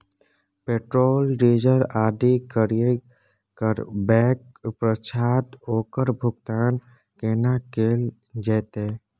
Petrol, diesel आदि क्रय करबैक पश्चात ओकर भुगतान केना कैल जेतै?